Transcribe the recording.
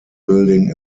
building